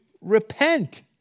repent